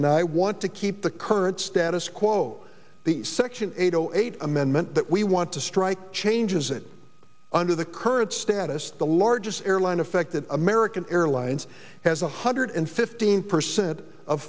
and i want to keep the current status quo the section eight zero eight amendment that we want to strike changes it under the current status the largest airline affected american airlines has one hundred fifteen percent of